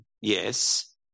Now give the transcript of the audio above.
yes